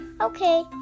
Okay